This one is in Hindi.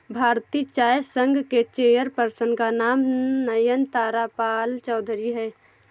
भारतीय चाय संघ के चेयर पर्सन का नाम नयनतारा पालचौधरी हैं